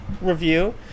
review